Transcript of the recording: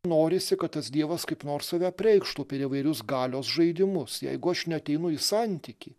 norisi kad tas dievas kaip nors save apreikštų per įvairius galios žaidimus jeigu aš neateinu į santykį